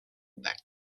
bach